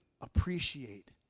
appreciate